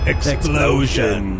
Explosion